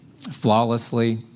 flawlessly